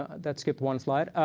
that skipped one slide